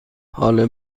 حال